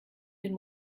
den